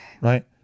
Right